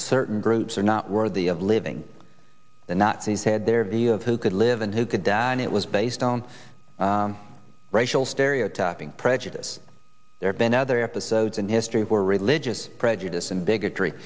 certain groups are not worthy of living the nazis had their view of who could live and who could die and it was based on racial stereotyping prejudice there's been other episodes in history where religious prejudice and bigotry